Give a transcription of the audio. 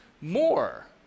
more